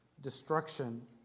destruction